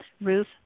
Ruth